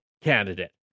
candidate